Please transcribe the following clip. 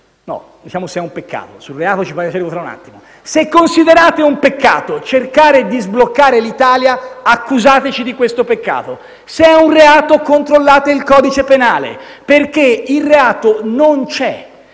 (anzi, se è un peccato, sul reato ci torneremo tra un attimo); se considerate un peccato cercare di sbloccare l'Italia, accusateci di questo peccato. Se lo considerate un reato, controllate il codice penale, perché il reato non c'è.